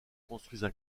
construisent